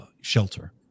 shelter